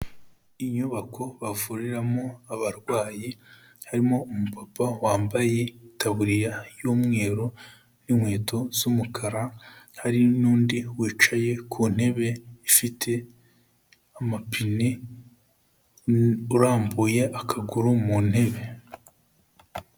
Inyubako bavuriramo abarwayi, harimo umupapa wambaye itaburiya y'umweru n'inkweto z'umukara, hari n'undi wicaye ku ntebe ifite amapine, urambuye akaguru mu ntebe.